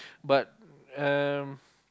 but um